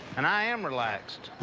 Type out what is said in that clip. and i am relaxed.